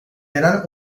gelen